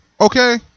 okay